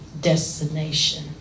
destination